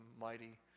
mighty